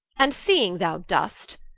and seeing thou do'st,